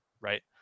Right